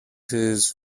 his